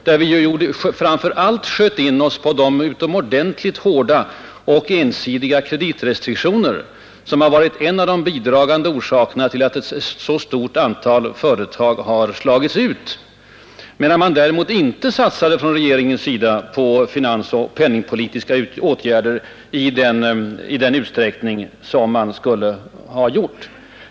Vi sköt framför allt in oss på de utomordentligt hårda och ensidiga kreditrestriktionerna som blev en av de bidragande orsakerna till att ett stort antal företag slogs ut. Och vi kritiserade att man däremot inte satsade på finansoch penningpolitiska åtgärder i den utsträckning som man skulle ha gjort.